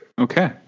Okay